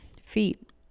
feet